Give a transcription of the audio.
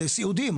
לסיעודיים,